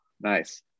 Nice